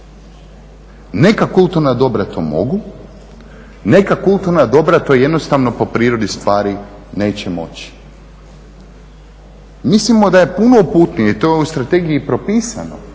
neka kulturna dobra to mogu, neka kulturna dobra to jednostavno po prirodi stvari neće moći. Mislimo da je puno uputnije i to je u ovoj strategiji propisano